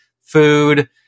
food